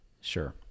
sure